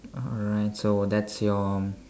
alright so that's your